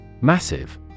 Massive